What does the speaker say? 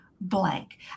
blank